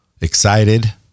excited